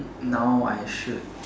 now I should